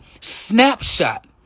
snapshot